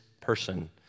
person